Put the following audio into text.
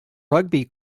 rugby